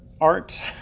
art